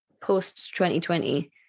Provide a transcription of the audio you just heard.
post-2020